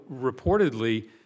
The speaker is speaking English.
reportedly